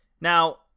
Now